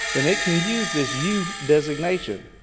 then it can use this u designation.